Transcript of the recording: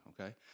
okay